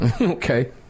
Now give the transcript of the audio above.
Okay